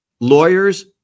Lawyers